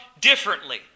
differently